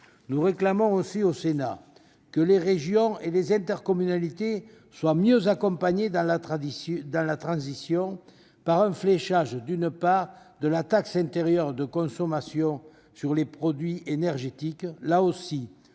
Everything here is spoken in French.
Sénat réclame aussi que les régions et les intercommunalités soient mieux accompagnées dans la transition, par un fléchage d'une part de la taxe intérieure de consommation sur les produits énergétiques (TICPE).